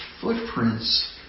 footprints